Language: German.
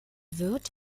wird